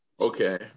okay